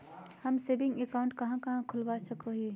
हम saving account कहाँ खोलवा सको हियै?